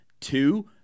Two